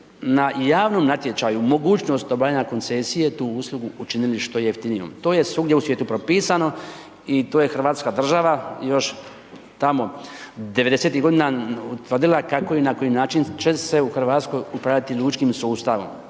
na javnom natječaju mogućnost obavljanja koncesije tu uslugu učinili što jeftinijom. To je svugdje u svijetu propisano i to je Hrvatska država još tamo '90. godina utvrdila kako i na koji način će se u Hrvatskoj upravljati lučkim sustavom.